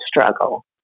struggle